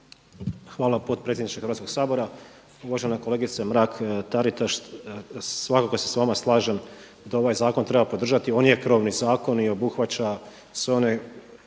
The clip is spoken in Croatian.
Hvala. Potpredsjedniče Hrvatskoga sabora! Uvažena kolegice Mrak-Taritaš, svakako se s vama slažem da ovaj zakon treba podržati, on je krovni zakon i obuhvaća sve one